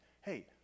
Hey